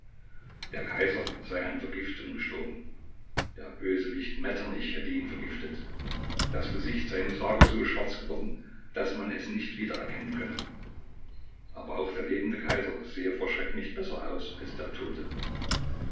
der kaiser sei an vergiftung gestorben der bösewicht metternich hätte ihn vergiftet das gesicht sei im sarge so schwarz geworden daß man es nicht wiedererkennen könne aber auch der lebende kaiser sehe vor schreck nicht besser aus als der tote